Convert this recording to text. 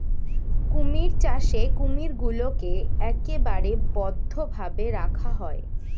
কুমির চাষে কুমিরগুলোকে একেবারে বদ্ধ ভাবে রাখা হয়